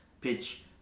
pitch